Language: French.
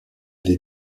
des